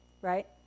right